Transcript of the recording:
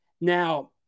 Now